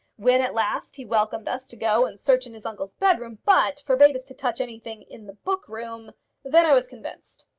when at last he welcomed us to go and search in his uncle's bed-room, but forbade us to touch anything in the book-room then i was convinced.